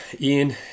Ian